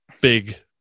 big